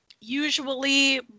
usually